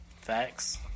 Facts